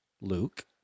Luke